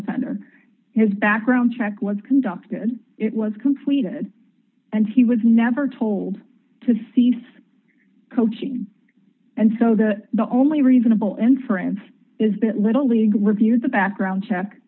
offender his background check was conducted it was completed and he was never told to cease coaching and so the only reasonable inference is that little league reviewed the background check